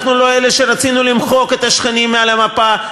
אנחנו לא אלה שרצו למחוק את השכנים מעל המפה,